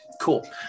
cool